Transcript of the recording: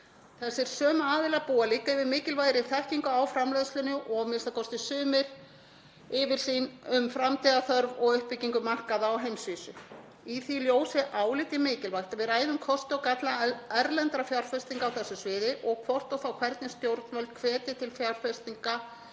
Þessir sömu aðilar búa líka yfir mikilvægri þekkingu á framleiðslunni og a.m.k. sumir hafa yfirsýn um framtíðarþörf og uppbyggingu markaða á heimsvísu. Í því ljósi álít ég mikilvægt að við ræðum kosti og galla erlendra fjárfestinga á þessu sviði og hvort og þá hvernig stjórnvöld hvetji til fjárfestinga